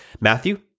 Matthew